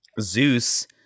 Zeus